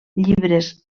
llibres